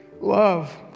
Love